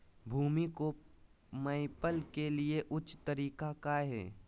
भूमि को मैपल के लिए ऊंचे तरीका काया है?